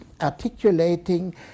articulating